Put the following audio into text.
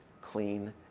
clean